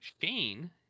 shane